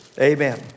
Amen